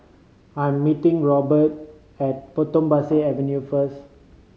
I am meeting Roberta at Potong Pasir Avenue first